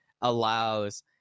allows –